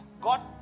God